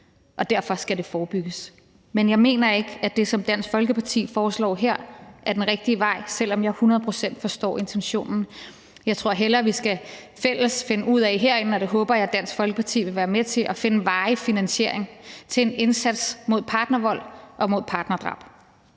Og derfor skal det forebygges. Men jeg mener ikke, at det, som Dansk Folkeparti foreslår her, er den rigtige vej, selv om jeg hundrede procent forstår intentionen. Jeg tror hellere, vi herinde fælles skal finde ud af – og det håber jeg at Dansk Folkeparti vil være med til – at finde varig finansiering til en indsats mod partnervold og mod partnerdrab.